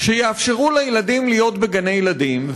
שיאפשרו לילדים להיות בגני-ילדים.